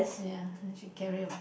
yeah she carry a